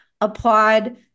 applaud